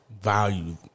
value